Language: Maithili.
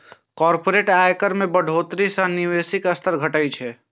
कॉरपोरेट आयकर मे बढ़ोतरी सं निवेशक स्तर घटै छै